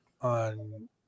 on